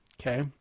Okay